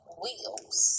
wheels